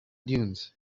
dunes